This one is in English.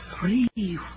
Three